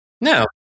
No